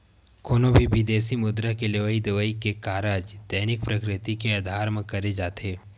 कोनो भी बिदेसी मुद्रा के लेवई देवई के कारज दैनिक प्रकृति के अधार म करे जाथे